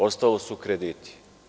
Ostalo su krediti.